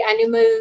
animal